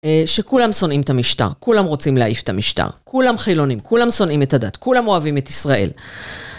שכולם שונאים את המשטר, כולם רוצים להעיף את המשטר, כולם חילונים, כולם שונאים את הדת, כולם אוהבים את ישראל.